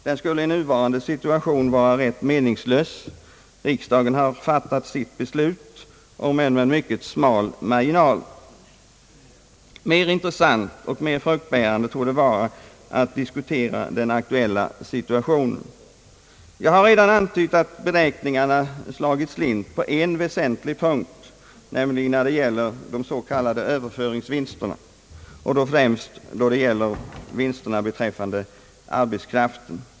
Den skulle i nuvarande situation vara rätt meningslös — riksdagen har fattat sitt beslut, om än med mycket smal marginal. Mer intressant och fruktbärande torde det vara att diskutera den aktuella situationen. Jag har redan antytt att beräkningarna slagit slint på en väsentlig punkt, nämligen beträffande de s.k. överföringsvinsterna och då främst vinsterna när det gäller arbetskraft.